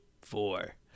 Four